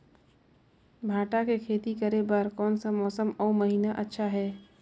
भांटा के खेती करे बार कोन सा मौसम अउ महीना अच्छा हे?